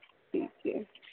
ٹھیک ہے